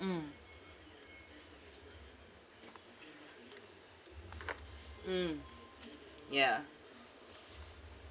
mm mm yeah